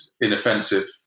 inoffensive